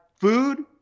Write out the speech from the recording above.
food